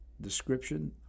description